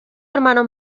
hermanos